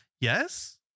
yes